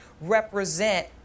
represent